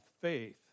faith